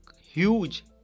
huge